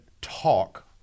talk